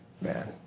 Man